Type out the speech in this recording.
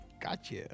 gotcha